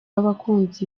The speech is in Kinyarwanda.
abakunzi